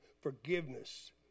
forgiveness